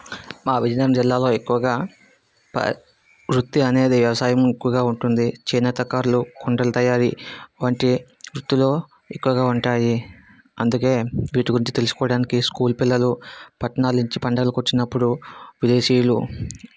మా విజయనగరం జిల్లాలో ఎక్కువగా ప వృత్తి అనేది వ్యవసాయం ఎక్కువగా ఉంటుంది చేనేత కారులు కుండలు తయారీ వంటి వృత్తులు ఎక్కువగా ఉంటాయి అందుకే వీటి గురించి తెలుసుకోవడానికి స్కూలు పిల్లలు పట్నాలు నుంచి పండగలకు వచ్చినప్పుడు విదేశీయులు